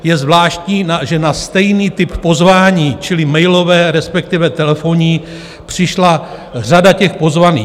Je zvláštní, že na stejný typ pozvání, čili mailové, respektive telefonní, přišla řada těch pozvaných.